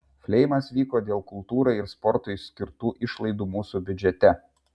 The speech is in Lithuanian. fleimas vyko dėl kultūrai ir sportui skirtų išlaidų mūsų biudžete